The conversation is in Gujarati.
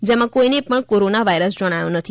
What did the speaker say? જેમાં કોઇને પણ કોરોના વાઇરસ જણાયો નથી